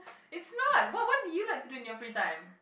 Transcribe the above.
it's not what what do you like to do in your free time